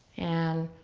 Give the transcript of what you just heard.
and,